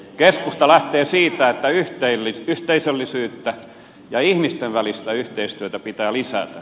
keskusta lähtee siitä että yhteisöllisyyttä ja ihmisten välistä yhteistyötä pitää lisätä